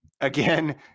again